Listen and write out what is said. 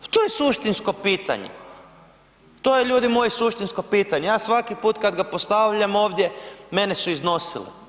Pa to je suštinsko pitanje, to je ljudi moji suštinsko pitanje, ja svaki put kad ga postavljam ovdje mene su iznosili.